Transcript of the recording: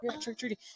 trick-or-treating